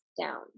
down